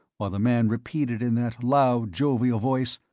while the man repeated in that loud, jovial voice,